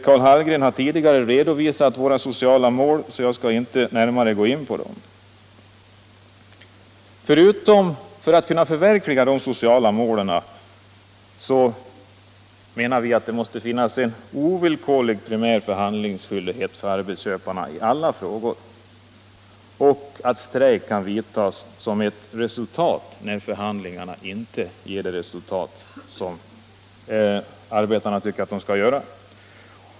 Karl Hallgren har tidigare redovisat våra sociala mål, och jag skall inte närmare gå in på dem. För att kunna förverkliga de sociala målen menar vi att det måste finnas en ovillkorlig primär förhandlingsskyldighet för arbetsköparna i alla frågor och att strejkåtgärder kan vidtas när förhandlingarna inte ger det resultat som arbetarna tycker att de skall ge.